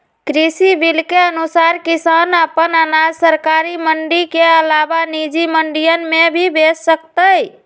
कृषि बिल के अनुसार किसान अपन अनाज सरकारी मंडी के अलावा निजी मंडियन में भी बेच सकतय